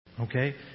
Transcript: okay